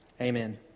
Amen